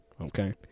Okay